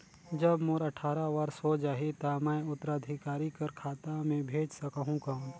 जब मोर अट्ठारह वर्ष हो जाहि ता मैं उत्तराधिकारी कर खाता मे भेज सकहुं कौन?